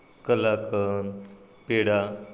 kalakand peda